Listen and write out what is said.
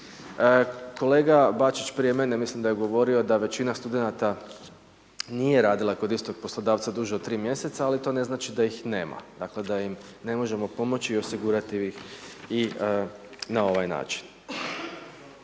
Kolega Bačić prije mene, mislim da je govorio da većina studenata nije radila kod istog poslodavca duže od 3 mjeseca, ali to ne znači da ih nema. Dakle, da im ne možemo pomoći i osigurati ih i na ovaj način.